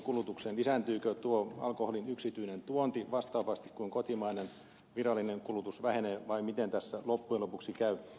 lisääntyykö tuo alkoholin yksityinen tuonti vastaavasti kun kotimainen virallinen kulutus vähenee vai miten tässä loppujen lopuksi käy